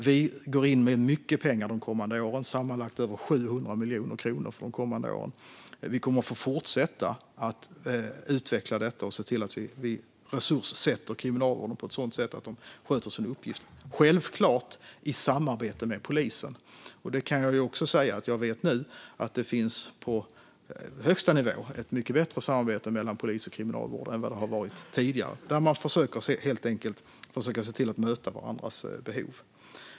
Vi går in med mycket pengar de kommande åren: sammanlagt över 700 miljoner kronor. Vi kommer att få fortsätta att utveckla detta och se till att vi resurssätter Kriminalvården på ett sådant sätt att de kan sköta sin uppgift, självfallet i samarbete med polisen. Jag vet att det nu finns ett mycket bättre samarbete på högsta nivå mellan polis och kriminalvård än tidigare, och man försöker möta varandras behov.